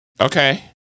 okay